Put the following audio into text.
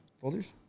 folders